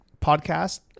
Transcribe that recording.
podcast